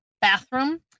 bathroom